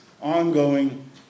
ongoing